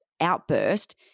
outburst